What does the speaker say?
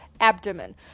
abdomen